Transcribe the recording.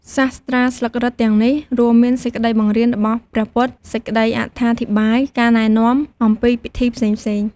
សាស្ត្រាស្លឹករឹតទាំងនេះ រួមមានសេចក្ដីបង្រៀនរបស់ព្រះពុទ្ធ សេចក្ដីអត្ថាធិប្បាយ ការណែនាំអំពីពិធីផ្សេងៗ។